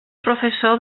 professor